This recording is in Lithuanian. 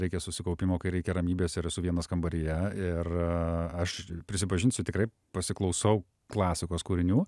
reikia susikaupimo kai reikia ramybės ir esu vienas kambaryje ir aš prisipažinsiu tikrai pasiklausau klasikos kūrinių